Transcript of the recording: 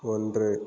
ஒன்று